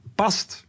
past